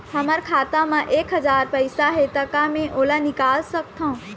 हमर खाता मा एक हजार पैसा हे ता का मैं ओला निकाल सकथव?